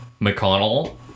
mcconnell